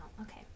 okay